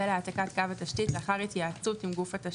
להעתקת קו התשתית לאחר התייעצות עם גוף התשתית.